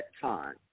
time